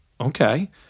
okay